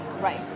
Right